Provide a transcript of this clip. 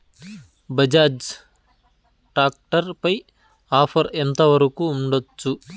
Bajaj tractor పై offer ఎంత వరకు ఉండచ్చు?